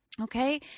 Okay